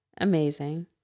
Amazing